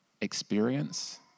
experience